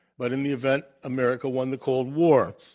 but, in the event, america won the cold war.